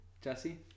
Jesse